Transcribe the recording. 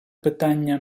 питання